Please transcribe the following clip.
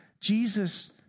Jesus